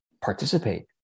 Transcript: participate